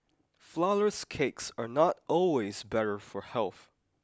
flourless cakes are not always better for health